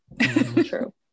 true